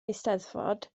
eisteddfod